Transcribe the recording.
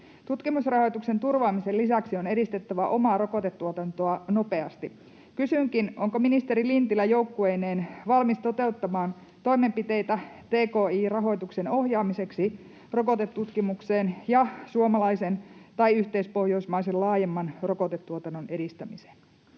Tutkimusrahoituksen turvaamisen lisäksi on edistettävä omaa rokotetuotantoa nopeasti. Kysynkin: onko ministeri Lintilä joukkueineen valmis toteuttamaan toimenpiteitä tki-rahoituksen ohjaamiseksi rokotetutkimukseen ja suomalaisen tai yhteispohjoismaisen laajemman rokotetuotannon edistämiseen?